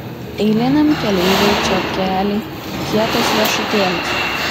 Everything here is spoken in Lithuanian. eiliniam keleiviui čepkeliai kietas riešutėlis